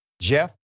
Jeff